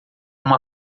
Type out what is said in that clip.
uma